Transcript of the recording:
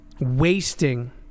wasting